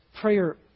prayer